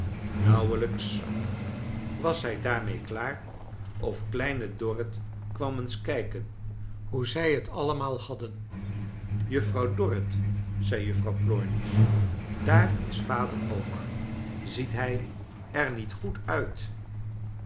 nauwelijks was hij daarmee klaar of kleine dorrit kwam eens kijken hoe zij t ailemaal hadden kleine doreit juffrouw dorrit zei juffrouw plornish daar is vader ook ziet hij er niet goed uit